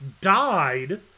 died